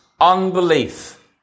unbelief